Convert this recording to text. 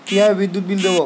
কিভাবে বিদ্যুৎ বিল দেবো?